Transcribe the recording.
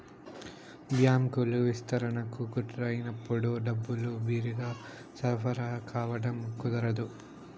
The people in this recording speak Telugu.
బ్యాంకులు విస్తరణకు గురైనప్పుడు డబ్బులు బిరిగ్గా సరఫరా కావడం కుదరదు